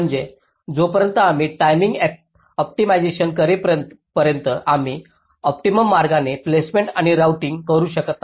म्हणजे जोपर्यंत आम्ही टाईमिंग ऑप्टीमाझेशन करेपर्यंत आम्ही ऑप्टिमम मार्गाने प्लेसमेंट आणि राउटिंग करू शकत नाही